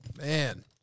man